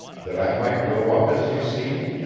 that i might grow up as you see me,